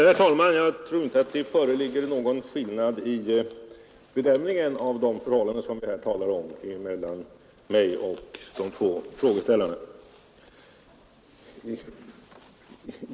Herr talman! Jag tror inte att det föreligger någon skillnad mellan mig och de två frågeställarna vid bedömningen av de förhållanden som vi här talar om.